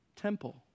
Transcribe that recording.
temple